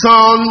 Son